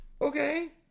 Okay